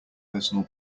personal